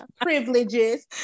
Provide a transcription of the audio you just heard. privileges